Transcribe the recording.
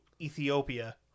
Ethiopia